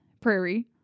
Prairie